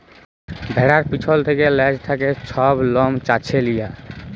ভেড়ার পিছল থ্যাকে লেজ থ্যাকে ছব লম চাঁছে লিয়া